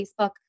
Facebook